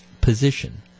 position